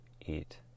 eat